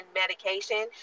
medication